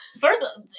First